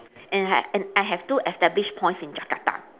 and I had and I have two established points in jakarta